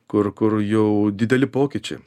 kur kur jau dideli pokyčiai